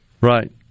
Right